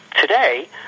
today